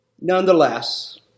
Nonetheless